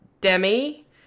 Demi